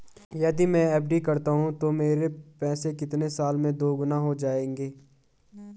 यदि मैं एफ.डी करता हूँ तो मेरे पैसे कितने साल में दोगुना हो जाएँगे?